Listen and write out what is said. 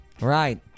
Right